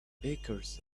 bakers